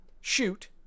shoot